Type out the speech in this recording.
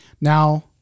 now